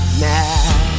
now